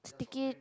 sticky